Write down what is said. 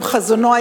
עם חזונו,